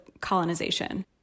colonization